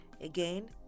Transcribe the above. Again